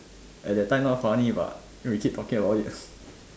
at that time not funny but we keep talking about it